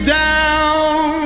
down